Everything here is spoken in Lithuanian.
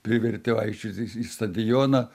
privertė vaikščioti į stadioną